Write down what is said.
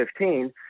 2015